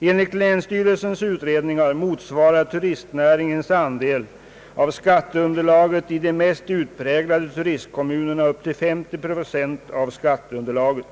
Enligt länsstyrelsens utredningar motsvarar turistnäringens andel av skatteunderlaget i de mest utpräglade turistkommunerna upp till 50 procent av skatteunderlaget.